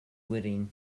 whiting